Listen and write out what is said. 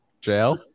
Jail